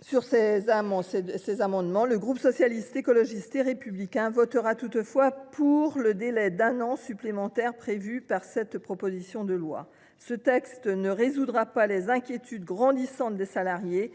sur ces amendements, le groupe Socialiste, Écologiste et Républicain votera pour le délai d’un an supplémentaire prévu par cette proposition de loi. Ce texte ne résoudra pas les inquiétudes grandissantes des salariés